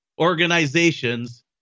organizations